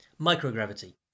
Microgravity